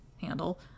handle